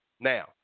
now